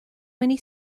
many